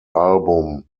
album